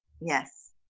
Yes